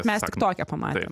mes tiktoke pamatėm